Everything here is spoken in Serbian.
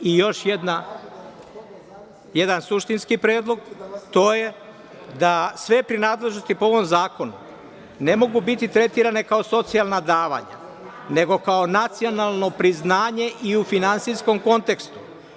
Još jedan suštinski predlog, to je da sve prinadležnosti po ovom zakonu ne mogu biti tretirane kao socijalna davanja, nego kao nacionalno priznanje i u finansijskom kontekstu.